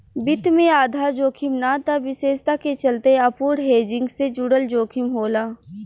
वित्त में आधार जोखिम ना त विशेषता के चलते अपूर्ण हेजिंग से जुड़ल जोखिम होला